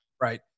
right